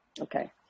Okay